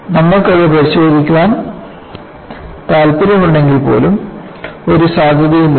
നമ്മൾക്കത് പരിശോധിക്കാൻ താൽപ്പര്യമുണ്ടെങ്കിൽ പോലും ഒരു സാധ്യതയുമില്ല